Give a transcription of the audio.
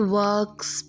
works